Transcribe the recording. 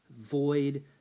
void